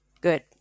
Good